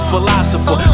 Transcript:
philosopher